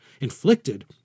inflicted